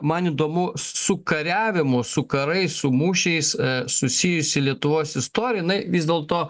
man įdomu su kariavimu su karais su mūšiais susijusi lietuvos istorija jinai vis dėlto